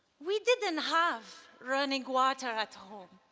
we didn't have running water at home.